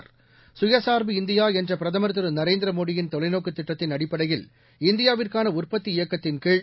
கயசார்பு இந்தியா என்ற பிரதமர் திரு நரேந்திர மோடியின் தொலைநோக்கு திட்டத்தின் அடிப்படையில் இந்தியாவுக்கான உற்பத்தி இயக்கத்தின்கீழ்